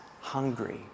hungry